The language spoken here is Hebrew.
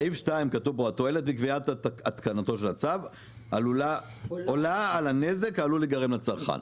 כתוב פה התועלת מקביעת התקנתו של הצו עולה על הנזק העלול להיגרם לצרכן.